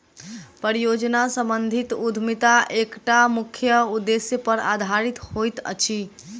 परियोजना सम्बंधित उद्यमिता एकटा मुख्य उदेश्य पर आधारित होइत अछि